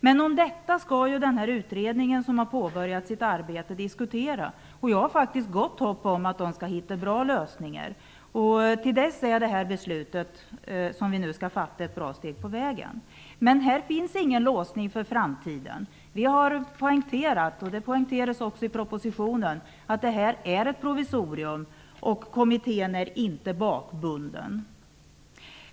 Men detta skall ju den utredning som har påbörjat sitt arbete diskutera. Jag har faktiskt gott hopp om att den skall hitta bra lösningar. Till dess är det beslut som vi nu skall fatta ett bra steg på vägen. Men här finns ingen låsning för framtiden. Vi har poängterat - och det poängteras också i propositionen - att det här är ett provisorium och att kommittén inte är bakbunden.